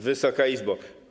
Wysoka Izbo!